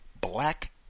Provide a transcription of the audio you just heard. black